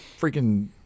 freaking